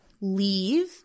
leave